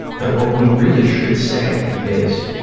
that what we really should say is,